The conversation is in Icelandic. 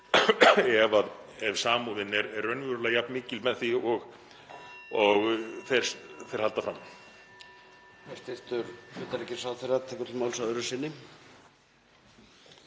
ef samúðin er raunverulega jafn mikil með því og þau halda fram.